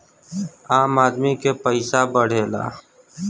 आम आदमी के पइसा बढ़ेला